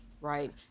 right